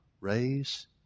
raise